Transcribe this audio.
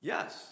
Yes